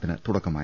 ത്തിന് തുടക്കമായി